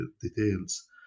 details